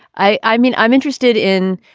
i i mean, i'm interested in.